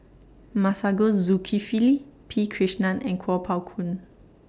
Masagos Zulkifli P Krishnan and Kuo Pao Kun